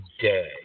day